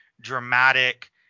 dramatic